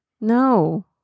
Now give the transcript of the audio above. No